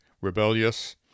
rebellious